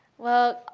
well,